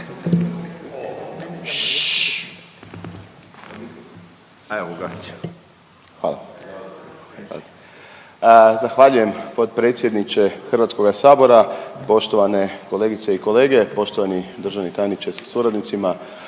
**Ačkar, Krešimir (HDZ)** Zahvaljujem potpredsjedniče Hrvatskoga sabora, poštovane kolegice i kolege, poštovani državni tajniče sa suradnicima.